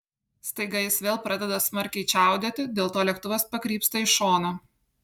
staiga jis vėl pradeda smarkiai čiaudėti dėl to lėktuvas pakrypsta į šoną